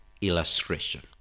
illustration